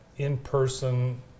in-person